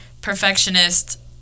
Perfectionist